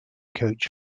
coach